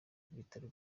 bitaro